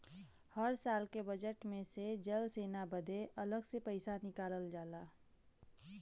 हर साल के बजेट मे से जल सेना बदे अलग से पइसा निकालल जाला